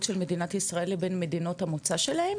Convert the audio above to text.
של מדינת ישראל לבין מדינות המוצא שלהם?